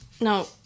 No